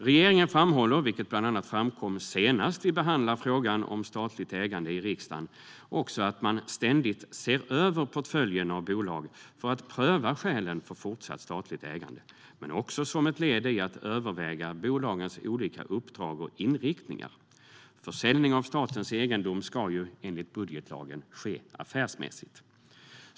Regeringen framhåller, vilket bland annat framkom senast vi behandlade frågan om statligt ägande i riksdagen, att man ständigt ser över portföljen av bolag för att pröva skälen för fortsatt statligt ägande, men också som ett led i att överväga bolagens olika uppdrag och inriktningar. Försäljning av statens egendom ska, enligt budgetlagen, ske affärsmässigt.